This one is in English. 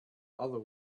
other